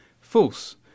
False